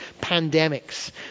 pandemics